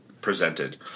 presented